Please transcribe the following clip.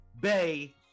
Bay